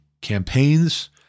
campaigns